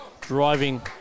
driving